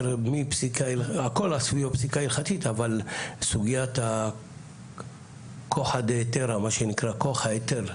הכול פסיקה הלכתית אבל סוגיית כוח ההיתר.